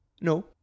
No